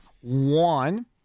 one